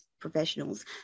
professionals